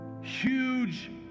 Huge